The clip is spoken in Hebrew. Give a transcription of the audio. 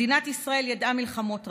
מדינת ישראל ידעה מלחמות רבות,